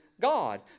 God